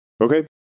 Okay